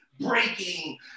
breaking